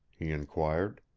he inquired.